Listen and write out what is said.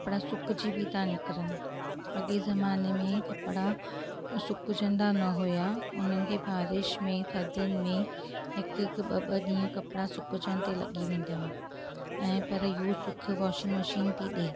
कपिड़ा सुकजी बि था निकरनि अॻे ज़माने में कपिड़ा सुकजंदा न हुआ हुननि खे बारिश में थधियुनि में हिकु हिकु ॿ ॿ ॾींहं कपिड़ा सुकजण ते लॻी वेंदा हुआ ऐं पर इहो सुखु वॉशिंग मशीन थी ॾिए